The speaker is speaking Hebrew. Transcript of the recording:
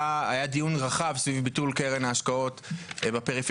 היה דיון רחב סביב ביטול קרן ההשקעות בפריפריה,